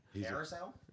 Carousel